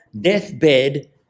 deathbed